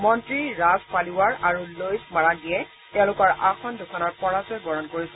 মন্ত্ৰী ৰাজ পালিৱাৰ আৰু লইছ মাৰান্দিয়ে তেওঁলোকৰ আসন দুখনত পৰাজয় বৰণ কৰিছে